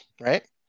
right